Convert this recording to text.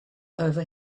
over